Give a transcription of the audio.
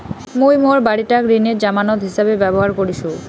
মুই মোর বাড়িটাক ঋণের জামানত হিছাবে ব্যবহার করিসু